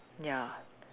ya